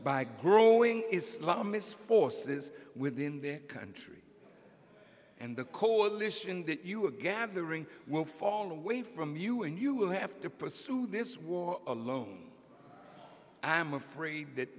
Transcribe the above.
by growing islamist forces within their country and the coalition that you are gathering will fall away from you and you will have to pursue this war alone i am afraid that